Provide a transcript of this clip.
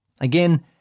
Again